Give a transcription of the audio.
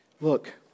Look